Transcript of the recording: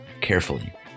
carefully